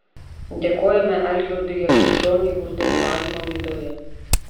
dėkojame algirdui jakubčioniui už dalyvavimą laidoje